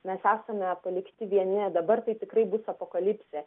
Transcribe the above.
mes esame palikti vieni dabar tai tikrai bus apokalipsė